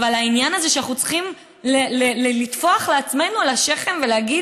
אבל העניין הזה שאנחנו צריכים לטפוח לעצמנו על השכם ולהגיד